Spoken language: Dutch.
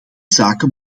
zaken